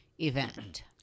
event